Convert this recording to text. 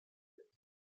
dekoriert